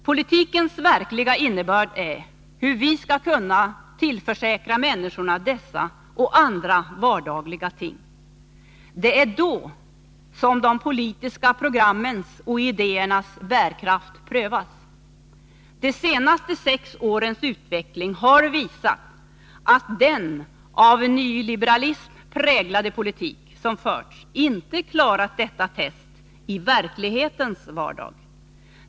Politikens verkliga innebörd är hur vi skall kunna tillförsäkra människorna dessa och andra vardagliga ting. Det är då som de politiska programmens och idéernas bärkraft prövas. De senaste sex årens utveckling har visat att den av nyliberalism präglade politik som förts inte klarat detta test i verklighetens vardag.